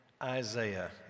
Isaiah